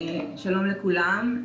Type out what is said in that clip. שלום לכולם.